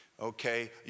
Okay